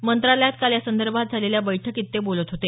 मंत्रालयात काल यासंदर्भात झालेल्या बैठकीत ते बोलत होते